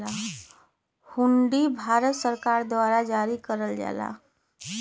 हुंडी भारत सरकार द्वारा जारी करल जाला